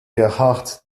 gerhard